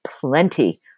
plenty